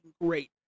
great